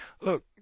look